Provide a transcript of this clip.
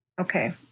Okay